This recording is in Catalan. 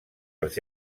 els